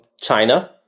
China